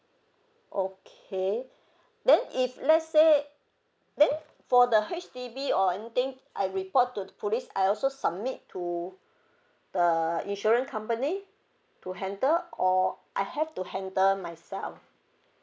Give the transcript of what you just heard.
okay then if let's say then for the H_D_B or anything I report to the police I also submit to the insurance company to handle or I have to handle myself